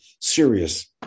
serious